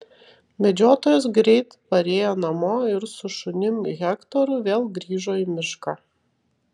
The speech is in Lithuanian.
medžiotojas greit parėjo namo ir su šunim hektoru vėl grįžo į mišką